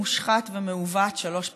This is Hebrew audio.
מושחת ומעוות שלוש פעמים.